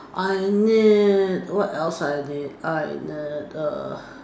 I need what else I need I need err